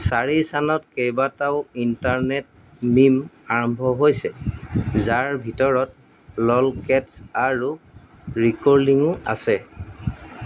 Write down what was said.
চাৰি চানত কেইবাটাও ইণ্টাৰনেট মিম আৰম্ভ হৈছে যাৰ ভিতৰত ললকেটছ আৰু ৰিকৰ'লিঙো আছে